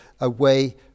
away